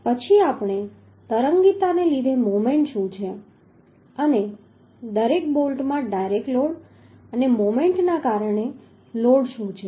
પછી તરંગીતાને લીધે મોમેન્ટ શું છે અને દરેક બોલ્ટમાં ડાયરેક્ટ લોડ અને મોમેન્ટના કારણે લોડ શું છે